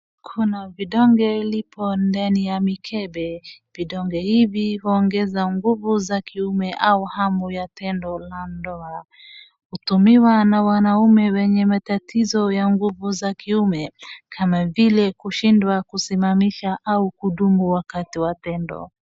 Kuna vidongo lipo ndani ya mikebe. Vidonge hivi huongeza nguvu za kiume au hamu ya tendo la ndoa. Hutumiwa na wanaume wenye matatizo ya nguvu za kiume, kama vile kushindwa kusimamisha au kudumu wakati wa tendo.